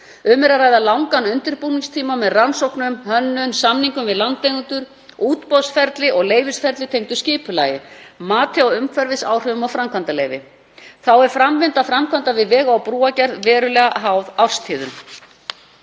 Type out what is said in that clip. Um er að ræða langan undirbúningstíma með rannsóknum, hönnun, samningum við landeigendur, útboðsferli og leyfisferli tengdu skipulagi, mati á umhverfisáhrifum og framkvæmdaleyfi. Þá er framvinda framkvæmda við vega- og brúargerð verulega háð árstíðum.